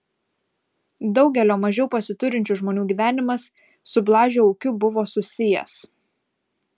daugelio mažiau pasiturinčių žmonių gyvenimas su blažio ūkiu buvo susijęs